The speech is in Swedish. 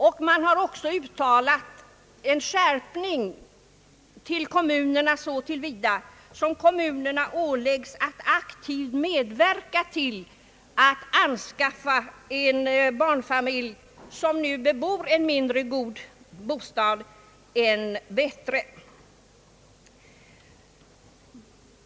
Det har också föreslagits en skärpning gentemot kommunerna så till vida, att kommunerna åläggs att aktivt medverka till att anskaffa en barnfamilj som nu bebor en mindre god bostad en bättre.